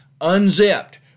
unzipped